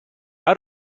out